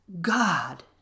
God